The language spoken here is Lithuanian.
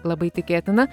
labai tikėtina